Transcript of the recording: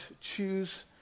choose